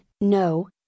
No